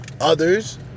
Others